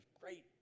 great